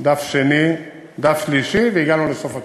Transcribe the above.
דף שני, דף שלישי, והגענו לסוף התשובה.